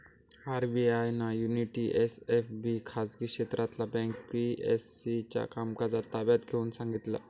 RBI ना unity SFB खाजगी क्षेत्रातला बँक पी.एम.सी चा कामकाज ताब्यात घेऊन सांगितला